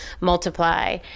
multiply